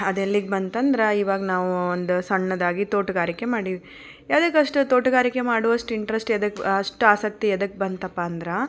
ಅದೆಲ್ಲಿಗೆ ಬಂತಂದ್ರೆ ಈವಾಗ ನಾವು ಒಂದು ಸಣ್ಣದಾಗಿ ತೋಟಗಾರಿಕೆ ಮಾಡಿ ಎಲ್ಲರಿಗೂ ಅಷ್ಟೇ ತೋಟಗಾರಿಕೆ ಮಾಡುವಷ್ಟು ಇಂಟ್ರೆಸ್ಟ್ ಎದಕ್ಕೆ ಅಷ್ಟು ಆಸಕ್ತಿ ಎದಕ್ಕೆ ಬಂತಪ್ಪಾ ಅಂದ್ರೆ